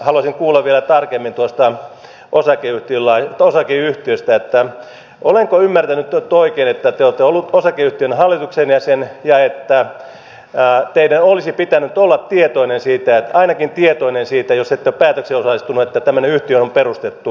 haluaisin kuulla vielä tarkemmin tuosta osakeyhtiöstä että olenko ymmärtänyt nyt oikein että te olette ollut osakeyhtiön hallituksen jäsen ja että teidän olisi pitänyt olla ainakin tietoinen siitä jos ette ole päätökseen osallistunut että tämmöinen yhtiö on perustettu